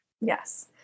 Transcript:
Yes